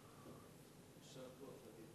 יישר כוח,